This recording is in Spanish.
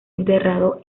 enterrado